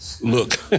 Look